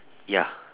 ya